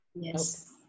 Yes